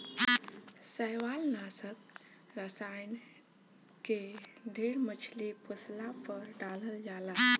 शैवालनाशक रसायन के ढेर मछली पोसला पर डालल जाला